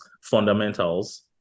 fundamentals